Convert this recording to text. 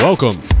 Welcome